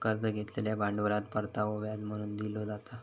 कर्ज घेतलेल्या भांडवलात परतावो व्याज म्हणून दिलो जाता